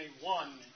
one